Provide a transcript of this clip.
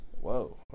whoa